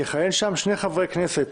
יכהן שם, שני חברי כנסת